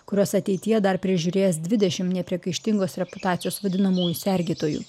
kuriuos ateityje dar prižiūrės dvidešimt nepriekaištingos reputacijos vadinamųjų sergėtojų